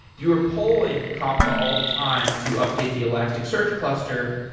if you were poling kafka all the time to update the elastic search cluster,